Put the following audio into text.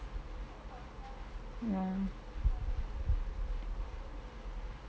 mm